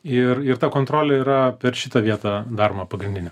ir ir ta kontrolė yra per šitą vietą daroma pagrindinė